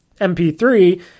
MP3